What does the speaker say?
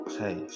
hey